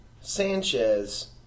Sanchez